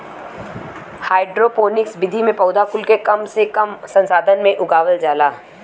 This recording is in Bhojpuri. हाइड्रोपोनिक्स विधि में पौधा कुल के कम से कम संसाधन में उगावल जाला